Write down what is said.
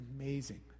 amazing